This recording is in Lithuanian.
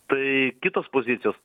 tai kitos pozicijos